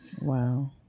Wow